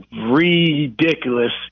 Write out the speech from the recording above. ridiculous